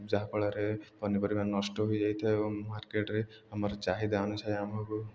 ଯାହାଫଳରେ ପନିପରିବା ନଷ୍ଟ ହୋଇଯାଇଥାଏ ଏବଂ ମାର୍କେଟ୍ରେ ଆମର ଚାହିଦା ଅନୁସାରେ ଆମକୁ